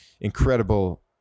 incredible